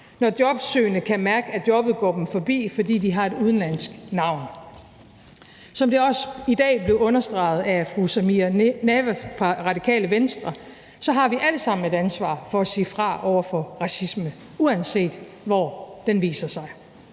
når jobsøgende kan mærke, at jobbet går dem forbi, fordi de har et udenlandsk navn. Som det også i dag blev understreget af fru Samira Nawa fra Radikale Venstre, har vi alle sammen et ansvar for at sige fra over for racisme, uanset hvor den viser sig.